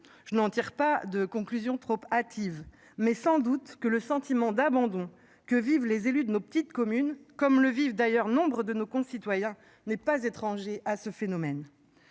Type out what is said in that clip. Je n'en tire pas de conclusions trop hâtives mais sans doute que le sentiment d'abandon que vivent les élus de nos petites communes comme le vif d'ailleurs, nombre de nos concitoyens n'est pas étranger à ce phénomène.